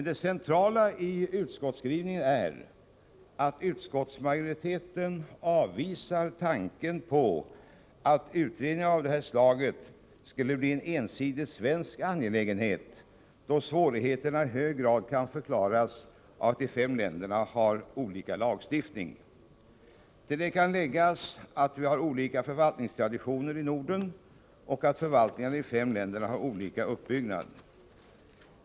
Det centrala i utskottets skrivning är dock att majoriteten avvisar tanken på att en utredning av detta slag skulle vara en ensidig svensk angelägenhet, då svårigheterna i hög grad kan förklaras av att de fem nordiska länderna har olika lagstiftning. Till detta kan läggas att vi har olika förvaltningstraditioner i Norden och att förvaltningarna i de fem länderna inte har samma uppbyggnad.